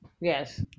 yes